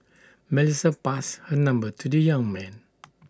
Melissa passed her number to the young man